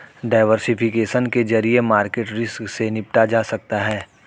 diversification के जरिए market risk से निपटा जा सकता है